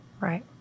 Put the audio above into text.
Right